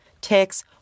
ticks